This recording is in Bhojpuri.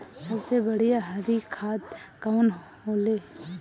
सबसे बढ़िया हरी खाद कवन होले?